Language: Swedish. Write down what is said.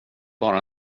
bara